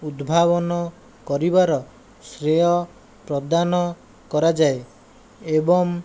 ଉଦ୍ଭାବନ କରିବାର ଶ୍ରେୟ ପ୍ରଦାନ କରାଯାଏ ଏବଂ